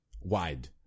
wide